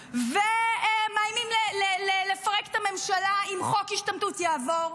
ומאיימים לפרק את הממשלה אם חוק ההשתמטות יעבור,